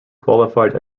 qualified